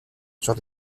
sur